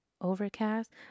overcast